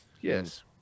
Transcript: Yes